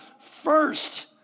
first